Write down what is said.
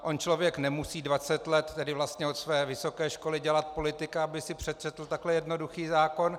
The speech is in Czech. On člověk nemusí dvacet let, tedy vlastně od své vysoké školy, dělat politika, aby si přečetl takhle jednoduchý zákon.